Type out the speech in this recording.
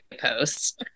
posts